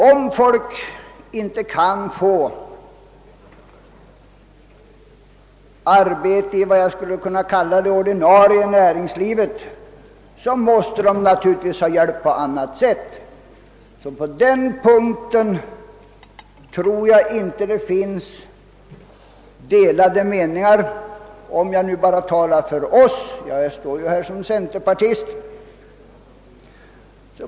Om folk inte kan få arbete i det »ordinarie» näringslivet måste de naturligtvis hjälpas på något sätt. På denna punkt tror jag inte det råder några delade meningar, även om jag talar bara för vårt partis räkning — jag står ju här som centerpartist.